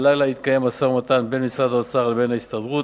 הלילה התקיים משא-ומתן בין משרד האוצר לבין ההסתדרות